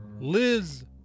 Liz